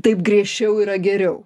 taip griežčiau yra geriau